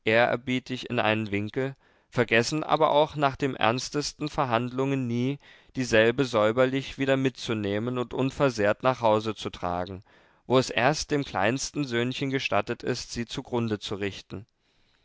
ehrerbietig in einen winkel vergessen aber auch nach den ernstesten verhandlungen nie dieselbe säuberlich wieder mitzunehmen und unversehrt nach hause zu tragen wo es erst dem kleinsten söhnchen gestattet ist sie zugrunde zu richten